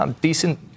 decent